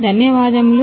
ధన్యవాదములు